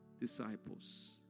disciples